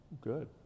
Good